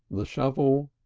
the shovel,